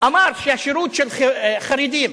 אמר שהשירות של חרדים,